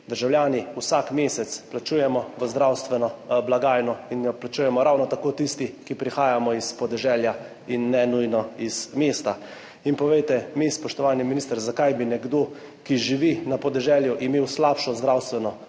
Državljani vsak mesec plačujemo v zdravstveno blagajno in jo plačujemo ravno tako tisti, ki prihajamo iz podeželja in ne nujno iz mesta. Povejte mi, spoštovani minister: Zakaj bi imel nekdo, ki živi na podeželju, slabšo zdravstveno storitev